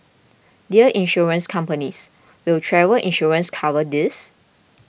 dear Insurance companies will travel insurance cover this